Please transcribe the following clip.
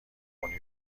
خونی